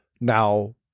now